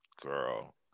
girl